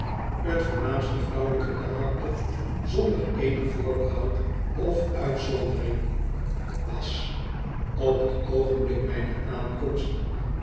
t voornaamste vrouwelijke karakter zonder eenig voorbehoud of uitzondering was op t oogenblik mijner aankomst